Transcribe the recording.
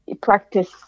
practice